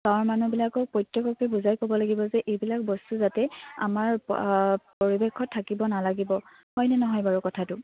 গাঁৱৰ মানুহবিলাকক প্ৰত্যেককে বুজাই ক'ব লাগিব যে এইবিলাক বস্তু যাতে আমাৰ পৰিৱেশত থাকিব নালাগিব হয়নে নহয় বাৰু কথাটো